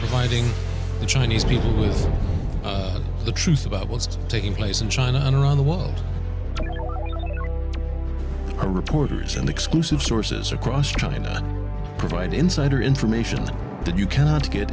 finding the chinese people was the truth about what's taking place in china and around the world are reporters and exclusive sources across china provide insider information that you cannot get